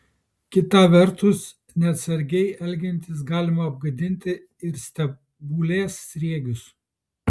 kita vertus neatsargiai elgiantis galima apgadinti ir stebulės sriegius